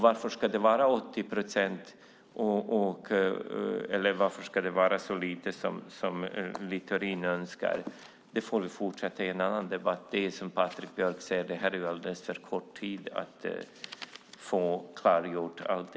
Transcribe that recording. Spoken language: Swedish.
Varför ska det vara 80 procent, eller varför ska det vara så lite som Littorin önskar? Den diskussionen får vi fortsätta i en annan debatt. Som Patrik Björck säger är detta alldeles för kort tid för att få allting klargjort.